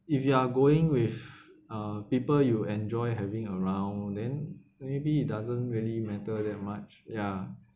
if you are going with uh people you enjoy having around then maybe it doesn't really matter that much ya